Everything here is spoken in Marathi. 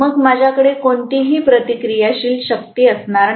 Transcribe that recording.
मग माझ्याकडे कोणतीही प्रतिक्रियाशील शक्ती असणार नाही